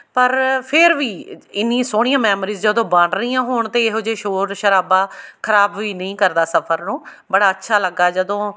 ਪਰ ਫਿਰ ਵੀ ਇੰਨੀ ਸੋਹਣੀਆਂ ਮੈਮਰੀਸ ਜਦੋਂ ਬਣ ਰਹੀਆਂ ਹੋਣ ਤਾਂ ਇਹੋ ਜਿਹੇ ਸ਼ੋਰ ਸ਼ਰਾਬਾ ਖ਼ਰਾਬ ਵੀ ਨਹੀਂ ਕਰਦਾ ਸਫ਼ਰ ਨੂੰ ਬੜਾ ਅੱਛਾ ਲੱਗਾ ਜਦੋਂ